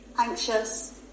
Anxious